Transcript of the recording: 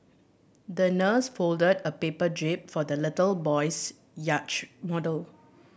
the nurse folded a paper jib for the little boy's yacht model